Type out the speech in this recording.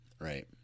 Right